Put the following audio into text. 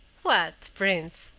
what! prince,